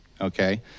Okay